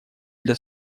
для